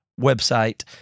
website